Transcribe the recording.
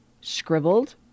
scribbled